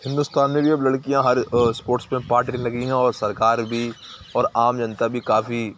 ہندوستان میں بھی اب لڑکیاں ہر اسپورٹس میں پارٹ لینے لگی ہیں اور سرکار بھی اور عام جنتا بھی کافی